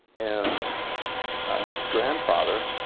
and nick's grandfather